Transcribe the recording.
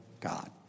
God